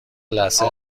لثه